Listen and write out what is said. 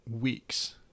weeks